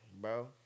bro